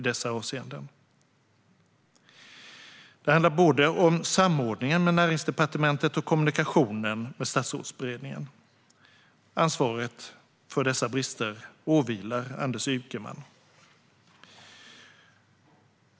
Det handlar både om samordningen med Näringsdepartementet och om kommunikationen med Statsrådsberedningen. Ansvaret för dessa brister åvilar Anders Ygeman.